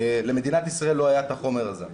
למדינת ישראל לא היה את החומר הזה.